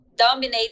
Dominate